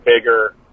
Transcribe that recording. bigger